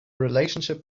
relationship